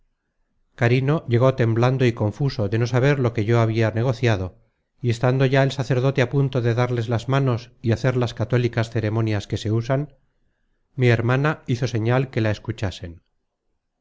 carino llegó temblando y confuso de no saber lo que yo habia negociado y estando ya el sacerdote á punto para darles las manos y hacer las católicas ceremonias que se usan mi hermana hizo señal que la escuchasen